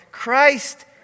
Christ